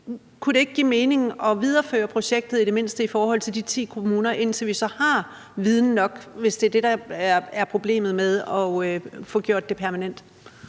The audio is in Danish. Kunne det ikke give mening at videreføre projektet i det mindste i forhold til de ti kommuner, indtil vi så har viden nok, hvis det er det, der er problemet med at få gjort det permanent?